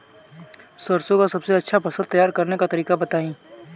सरसों का सबसे अच्छा फसल तैयार करने का तरीका बताई